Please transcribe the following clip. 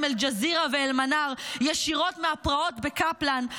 אל-ג'זירה ואל-מנאר ישירות מהפרעות בקפלן,